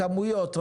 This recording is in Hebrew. כמויות,